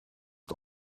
het